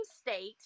state